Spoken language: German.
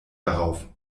darauf